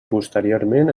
posteriorment